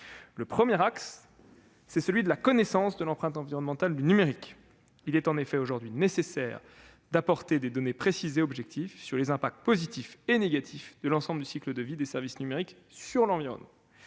Le premier axe, c'est la connaissance de l'empreinte environnementale du numérique. Il est en effet aujourd'hui nécessaire d'apporter des données précises et objectives sur les impacts positifs et négatifs de l'ensemble du cycle de vie des services numériques sur l'environnement.